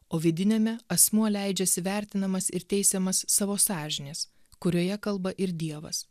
o vidiniame asmuo leidžiasi vertinamas ir teisiamas savo sąžinės kurioje kalba ir dievas